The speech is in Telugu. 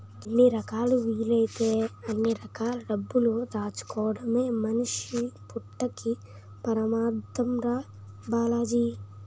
ఎన్ని రకాలా వీలైతే అన్ని రకాల డబ్బులు దాచుకోడమే మనిషి పుట్టక్కి పరమాద్దం రా బాలాజీ